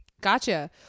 Gotcha